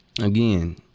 Again